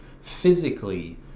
physically